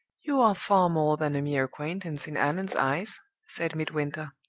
you are far more than a mere acquaintance in allan's eyes said midwinter.